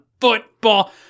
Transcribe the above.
football